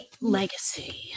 legacy